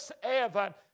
heaven